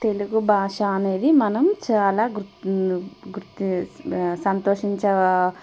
తెలుగు భాష అనేది మనం చాలా గు గుతి సంతోషించ